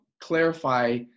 clarify